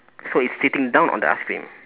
so it's sitting down on the ice cream